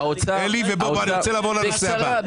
אלי, אני רוצה להתקדם אז בקצרה.